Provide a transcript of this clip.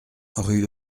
rue